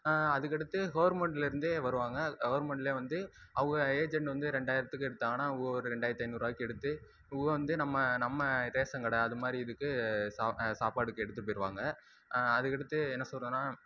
அதுக்கடுத்து கவர்மெண்ட்லேருந்து வருவாங்க கவர்மெண்ட்லேயே வந்து அவங்க ஏஜென்ட் வந்து ரெண்டாயிரத்துக்கு எடுத்தாங்கன்னால் அவங்க ஒரு ரெண்டாயிரத்து ஐநூறு ரூபாய்க்கு எடுத்து பொதுவாக வந்து நம்ம நம்ம ரேசன் கடை அது மாதிரி இதுக்கு சா சாப்பாடுக்கு எடுத்துகிட்டு போய்விடுவாங்க அதுக்கடுத்து என்ன சொல்கிறதுனா